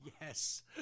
yes